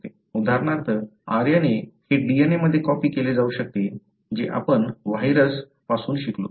उदाहरणार्थ RNA हे DNA मध्ये कॉपी केले जाऊ शकते जे आपण व्हायरस पासून शिकलो